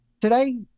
today